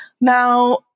Now